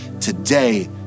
today